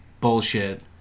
bullshit